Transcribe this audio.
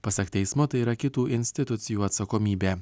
pasak teismo tai yra kitų institucijų atsakomybė